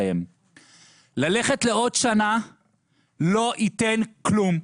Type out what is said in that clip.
ללכת לעוד שנה לא ייתן כלום.